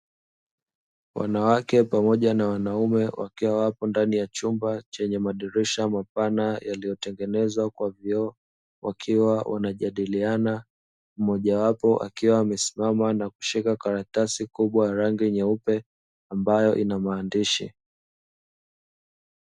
Wanawake pamoja na wanaume wakiwa wapo ndani ya chumba chenye madirisha mapana yaliyotengenezwa kwa vioo, wakiwa wanajadiliana mmoja wapo akiwa amesimama na kushika karatasi kubwa ya rangi nyeupe ambayo ina maandishi.